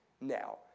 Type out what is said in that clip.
now